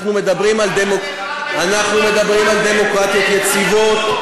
אנחנו מדברים על דמוקרטיות יציבות,